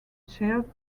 shared